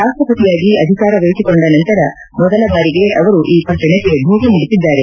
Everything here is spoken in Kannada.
ರಾಷ್ಲಪತಿಯಾಗಿ ಅಧಿಕಾರ ವಹಿಸಿಕೊಂಡ ನಂತರ ಮೊದಲ ಬಾರಿಗೆ ಅವರು ಈ ಪಟ್ಟಣಕ್ಕೆ ಭೇಟ ನೀಡುತ್ತಿದ್ದಾರೆ